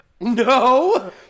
No